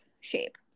shape